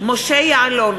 משה יעלון,